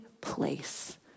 place